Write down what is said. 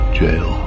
jail